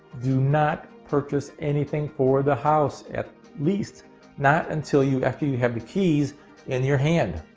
do not purchase anything for the house. at least not until you after you have the keys in your hand.